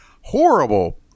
horrible